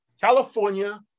California